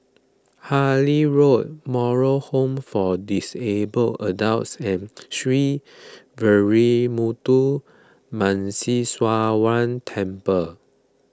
Harlyn Road Moral Home for Disabled Adults and Sree Veeramuthu Muneeswaran Temple